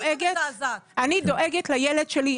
ט’: אני דואגת לילד שלי.